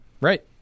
Right